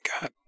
god